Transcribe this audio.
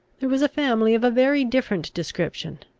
there was a family of a very different description,